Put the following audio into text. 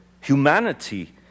humanity